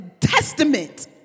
testament